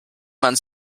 man